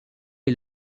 est